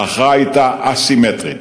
ההכרעה הייתה א-סימטרית.